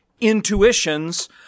intuitions